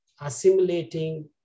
assimilating